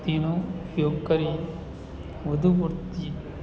તેનો ઉપયોગ કરી વધુ પડતી